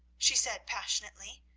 she said passionately.